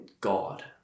God